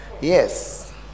Yes